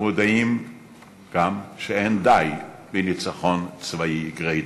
אנו מודעים גם, שאין די בניצחון צבאי גרידא,